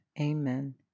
Amen